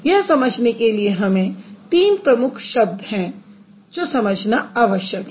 यह समझने के लिए हमें यह तीन प्रमुख शब्द हैं जो समझना आवश्यक है